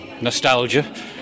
Nostalgia